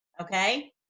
Okay